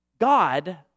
God